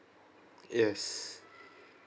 yes